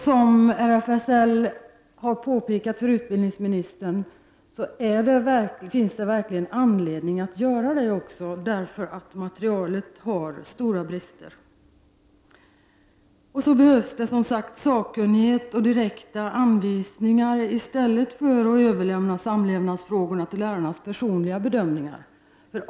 Som RFSL har påpekat för utbildningsministern finns det verkligen anledning att göra detta också därför att materialet har stora brister. Det behövs sakkunnighet och direkta anvisningar i stället för att överlämna samlevnadsfrågorna till lärarnas personliga bedömningar.